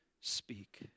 speak